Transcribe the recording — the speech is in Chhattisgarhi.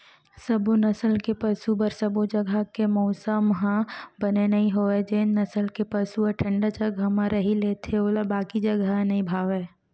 सबो नसल के पसु बर सबो जघा के मउसम ह बने नइ होवय जेन नसल के पसु ह ठंडा जघा म रही लेथे ओला बाकी जघा ह नइ भावय